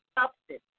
substance